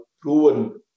proven